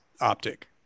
OPTIC